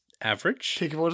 average